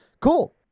cool